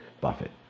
Buffett